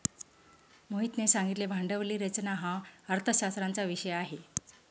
मोहितने सांगितले भांडवली रचना हा अर्थशास्त्राचा विषय आहे